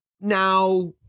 Now